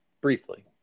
briefly